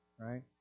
Right